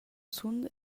sun